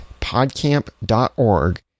podcamp.org